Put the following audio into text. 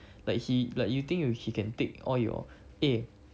like he like you think you he can take all your eh